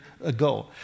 ago